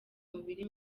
mubiri